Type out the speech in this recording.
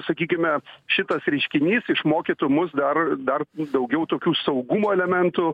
sakykime šitas reiškinys išmokytų mus dar dar daugiau tokių saugumo elementų